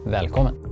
Välkommen